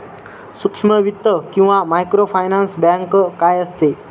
सूक्ष्म वित्त किंवा मायक्रोफायनान्स बँक काय असते?